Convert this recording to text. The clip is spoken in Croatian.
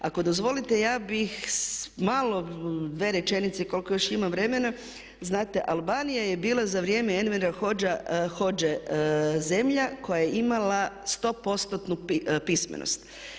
Ako dozvolite ja bih malo dvije rečenice, koliko još imam vremena, znate Albanija je bila za vrijeme Envera Hodxhe zemlja koja je imala 100%-tnu pismenost.